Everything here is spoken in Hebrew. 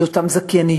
זה אותן זכייניות,